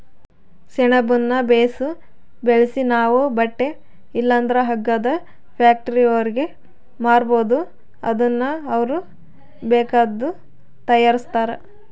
ಸೆಣಬುನ್ನ ಬೇಸು ಬೆಳ್ಸಿ ನಾವು ಬಟ್ಟೆ ಇಲ್ಲಂದ್ರ ಹಗ್ಗದ ಫ್ಯಾಕ್ಟರಿಯೋರ್ಗೆ ಮಾರ್ಬೋದು ಅದುನ್ನ ಅವ್ರು ಬೇಕಾದ್ದು ತಯಾರಿಸ್ತಾರ